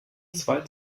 zwei